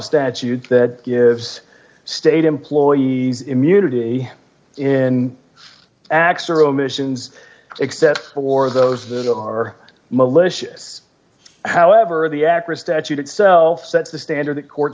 statute that gives state employees immunity in acts or omissions except for those that are malicious however the actress statute itself sets the standard that court